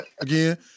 again